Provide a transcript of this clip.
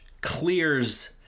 clears